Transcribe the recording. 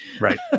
Right